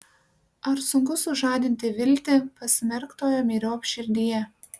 ar sunku sužadinti viltį pasmerktojo myriop širdyje